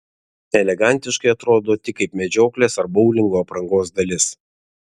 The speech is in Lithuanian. elegantiškai atrodo tik kaip medžioklės ar boulingo aprangos dalis